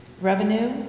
Revenue